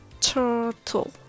turtle